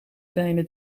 kleine